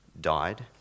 died